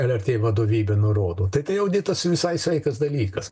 lrt vadovybė nurodo tai tai auditas visai sveikas dalykas